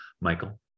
michael